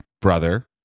brother